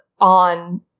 on